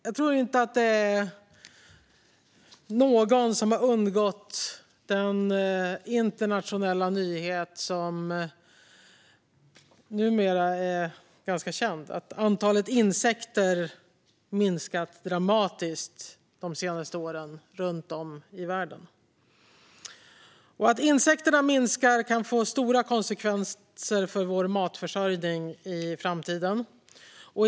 Jag tror inte att någon har undgått den internationella nyhet som numera är ganska känd: Antalet insekter har minskat dramatiskt runt om i världen de senaste åren. Att insekterna blir färre kan få stora konsekvenser för vår matförsörjning i framtiden.